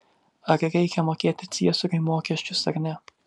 ar reikia mokėti ciesoriui mokesčius ar ne